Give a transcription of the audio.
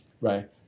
right